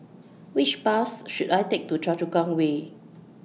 Which Bus should I Take to Choa Chu Kang Way